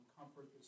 comfort